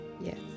Yes